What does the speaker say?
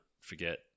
forget